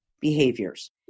behaviors